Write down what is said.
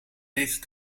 deed